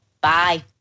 Bye